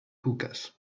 hookahs